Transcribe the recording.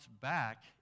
back